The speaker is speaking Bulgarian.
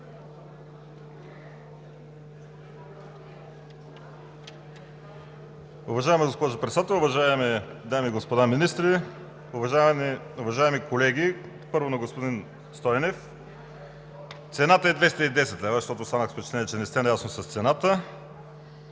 Уважаема госпожо Председател, уважаеми дами и господа министри, уважаеми колеги! Първо – на господин Стойнев: цената е 210 лв., защото останах с впечатление, че не сте наясно с цената.